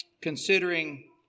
considering